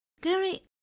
Gary